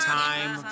time